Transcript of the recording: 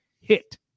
hit